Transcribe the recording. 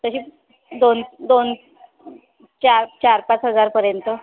तशी दोन दोन चार चारपाच हजारपर्यंत